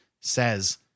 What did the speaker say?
says